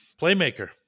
Playmaker